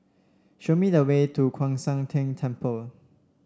show me the way to Kwan Siang Tng Temple